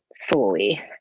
fully